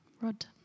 Rod